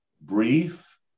brief